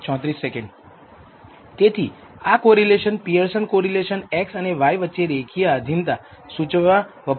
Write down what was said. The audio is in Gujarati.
તેથી આ કોરિલેશન પિઅરસન કોરિલેશન x અને y વચ્ચે રેખીય આધીનતા સુચવવા વપરાય છે